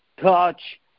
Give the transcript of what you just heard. Touch